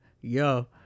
Yo